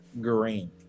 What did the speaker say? green